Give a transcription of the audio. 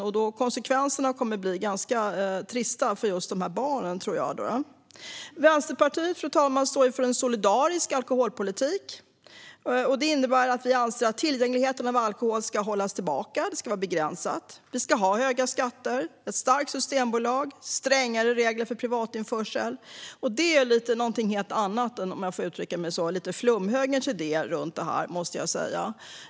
Då tror jag att konsekvenserna kommer att bli ganska trista för just de här barnen. Fru talman! Vänsterpartiet står för en solidarisk alkoholpolitik. Vi anser att alkoholtillgängligheten ska hållas tillbaka. Den ska vara begränsad. Vi ska ha höga skatter, ett starkt systembolag och strängare regler för privatinförsel. Det är något helt annat än flumhögerns idéer - om jag får uttrycka mig på det sättet.